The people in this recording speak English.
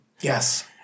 Yes